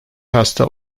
hasta